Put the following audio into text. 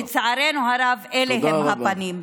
לצערנו הרב, אלה הם הפנים.